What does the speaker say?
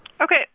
Okay